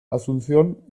asunción